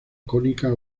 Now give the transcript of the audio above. cónica